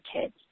kids